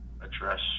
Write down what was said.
address